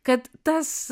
kad tas